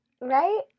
right